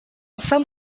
some